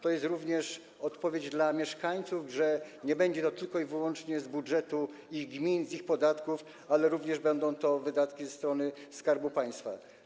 To jest również odpowiedź dla mieszkańców, że nie będzie to tylko i wyłącznie z budżetu ich gmin, z ich podatków, ale również wydatki będą po stronie Skarbu Państwa.